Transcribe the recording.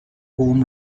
home